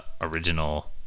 original